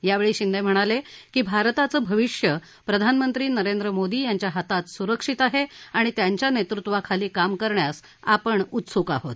यावेळी शिंदे म्हणाले की भारताचं भविष्य प्रधानमंत्री नरेंद्र मोदी यांच्या हातात सुरक्षित आहे आणि त्यांच्या नेतृत्वाखाली काम करण्यास आपण उत्सुक आहोत